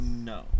No